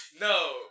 No